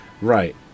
Right